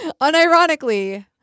Unironically